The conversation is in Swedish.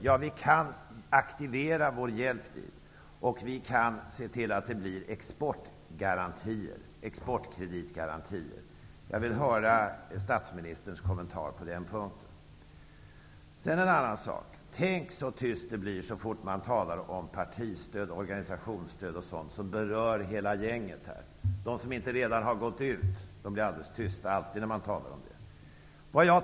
Ja, vi kan aktivera vår hjälp dit och se till att de får exportkreditgarantier. Jag vill höra statsministerns kommentar på den punkten. Sedan skall jag ta upp en annan sak. Tänk så tyst det blir så fort man talar om partistöd och organisationsstöd, som berör hela gänget här! De som inte redan har gått ut blir alldeles tysta när man talar om det.